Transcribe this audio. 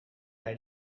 bij